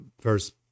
first